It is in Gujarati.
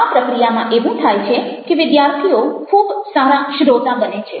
આ પ્રક્રિયામાં એવું થાય છે કે વિદ્યાર્થીઓ ખૂબ સારા શ્રોતા બને છે